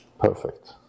perfect